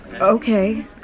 Okay